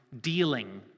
dealing